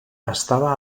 estava